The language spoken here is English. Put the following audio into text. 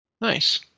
nice